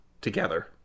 together